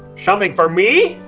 something for me?